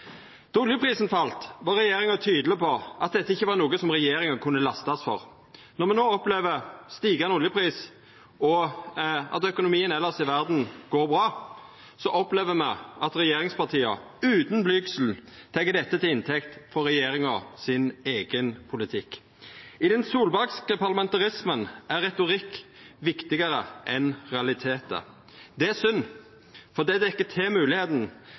Då oljeprisen fall, var regjeringa tydeleg på at dette ikkje var noko som regjeringa kunne lastast for. Når me no opplever stigande oljepris og at økonomien elles i verda går bra, opplever me at regjeringspartia utan blygsel tek dette til inntekt for regjeringa sin eigen politikk. I den solbergske parlamentarismen er retorikk viktigare enn realitetar. Det er synd, for det dekkjer til